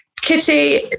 Kitty